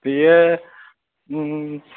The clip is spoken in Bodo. बियो